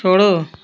छोड़ो